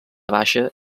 baixa